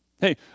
Hey